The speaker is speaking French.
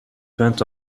peinte